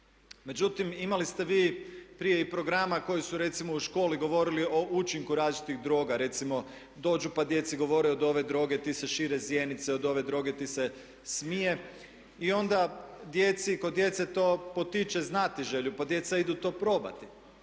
međutim imali ste vi prije i programa koji su recimo u školi govorili o učinku različitih droga. Recimo dođu pa djeci govore od ove droge ti se šire zjenice, od ove droge ti se smije i onda kod djece to potiče znatiželju pa djeca idu to probati.